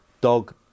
dog